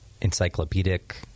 encyclopedic